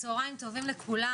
צוהריים טובים לכולם,